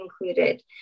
included